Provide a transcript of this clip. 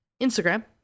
Instagram